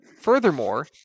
furthermore